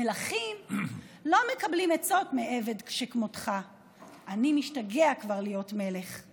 // מלכים לא מקבלים עצות מעבד שכמותך / משתגע כבר מלך להיות.